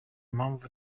mpamvu